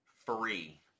Free